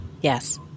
Yes